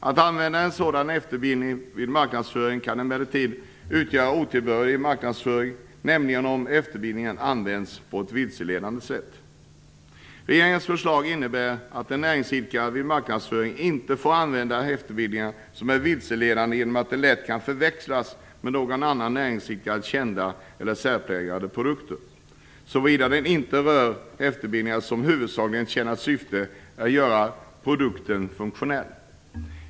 Att använda en sådan efterbildning vid marknadsföring kan emellertid utgöra otillbörlig marknadsföring om efterbildningen används på ett vilseledande sätt. Regeringens förslag innebär att en näringsidkare vid marknadsföring inte får använda efterbildningar som är vilseledande genom att de lätt kan förväxlas med någon annan näringsidkares kända eller särpräglade produkter, såvida det inte rör efterbildningar som huvudsakligen har som syfte att göra produkten funktionell.